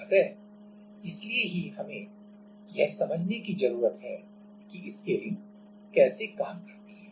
अतः इसलिए ही हमें यह समझने की जरूरत है कि स्केलिंग कैसे काम करती है